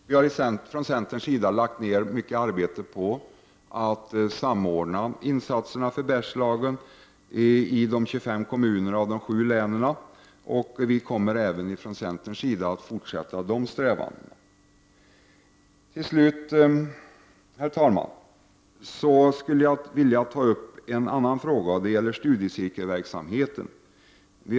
Vi i centern har lagt ned mycket arbete på att samordna insatserna till förmån för Bergslagen när det gäller de 25 kommunerna och de 7 länen, och vi kommer även fortsättningsvis att ha samma strävan. Till slut, herr talman, något om studiecirkelverksamheten.